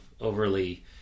overly